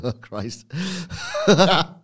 Christ